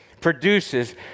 produces